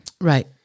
Right